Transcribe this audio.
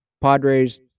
Padres